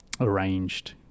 arranged